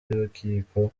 y’urukiko